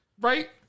right